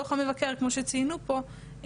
כמו שציינו פה,